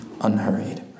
unhurried